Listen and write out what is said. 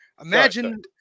Imagine